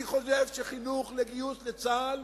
אני חושב שחינוך לגיוס לצה"ל